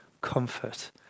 comfort